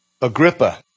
Agrippa